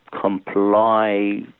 comply